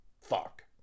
Fuck